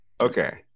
Okay